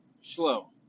slow